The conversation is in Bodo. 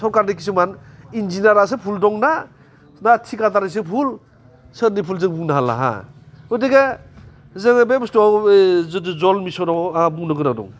सरकारनि खिसुमान इन्जिनियारासो बुहुल दं ना ना थिखादारनिसो भुल सोरनि भुल जों बुंनो हाला हो गथिखे जोङो बे बुस्थुवाव यै जल मिसननाव आंहा बुंनो गोनां दं